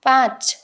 पाँच